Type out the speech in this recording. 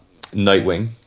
Nightwing